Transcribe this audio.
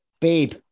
Babe